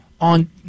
on